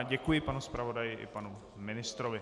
Děkuji panu zpravodaji i panu ministrovi.